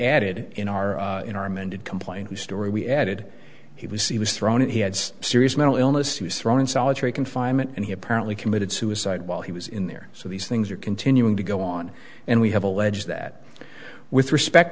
added in our in our amended complaint whose story we added he was he was thrown in he had serious mental illness he was thrown in solitary confinement and he apparently committed suicide while he was in there so these things are continuing to go on and we have alleged that with respect